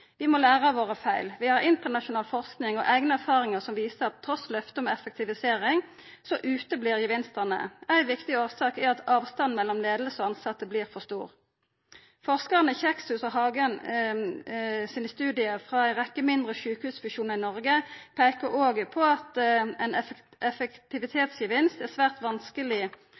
Vi må læra av feila våre. Vi har internasjonal forsking og eigne erfaringar som viser at trass i løftet om meir effektivitet, kjem ikkje gevinstane. Ei viktig årsak er at avstanden mellom leiing og tilsatte vert for stor. Forskarane Kjekshus og Hagen sine studiar frå ei rekke mindre sjukehusfusjonar i Noreg peiker òg på at ein gevinst i effektivitet er svært vanskeleg